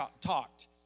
talked